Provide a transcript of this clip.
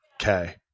Okay